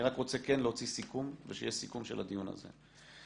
אני כן רוצה להוציא סיכום ושיהיה סיכום של הדיון הזה.